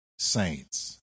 saints